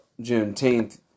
Juneteenth